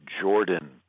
Jordan